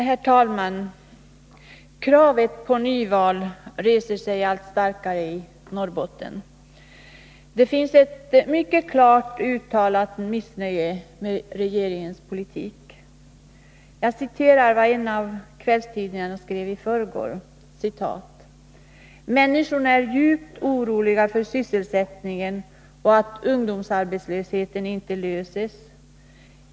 Herr talman! Kravet på nyval reses allt starkare i Norrbotten. Det finns ett mycket klart uttalat missnöje med regeringens politik. Jag citerar vad en av kvällstidningarna skrev i förrgår: ”Människorna är djupt oroliga för sysselsättningen och att ungdomsarbetslösheten inte löses.